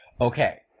okay